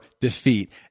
defeat